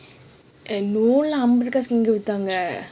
err no lah என்பது காசுக்கு விட்தங்க:enbathu kaasukku vitthaanga